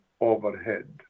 overhead